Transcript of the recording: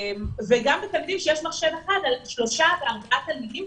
וגם על תלמידים שיש מחשב אחד על שלושה וארבעה תלמידים.